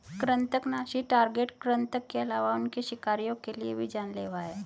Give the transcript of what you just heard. कृन्तकनाशी टारगेट कृतंक के अलावा उनके शिकारियों के लिए भी जान लेवा हैं